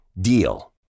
DEAL